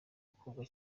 ukundwa